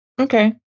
okay